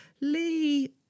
Lee